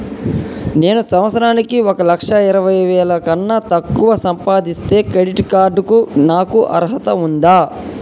నేను సంవత్సరానికి ఒక లక్ష ఇరవై వేల కన్నా తక్కువ సంపాదిస్తే క్రెడిట్ కార్డ్ కు నాకు అర్హత ఉందా?